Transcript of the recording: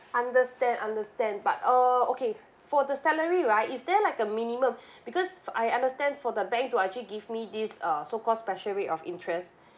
understand understand but uh okay for the salary right is there like a minimum because I understand for the bank to actually give me this uh so called special rate of interest